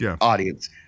audience